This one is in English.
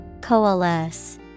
Coalesce